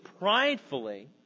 pridefully